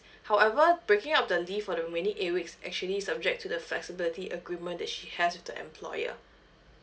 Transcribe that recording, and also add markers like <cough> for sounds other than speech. <breath> however the breaking up of the leave for the remaining eight weeks actually subject to the flexibility agreement that she has with the employer